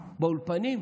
באולפנים.